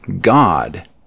God